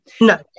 No